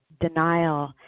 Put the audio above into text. denial